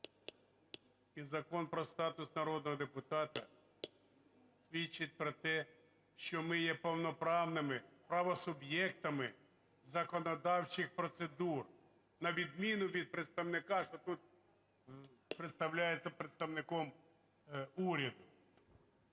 і Закон про статус народного депутата, свідчать про те, що ми є повноправнимиправосуб'єктами законодавчих процедур, на відміну від представника, що тут представляється представником уряду.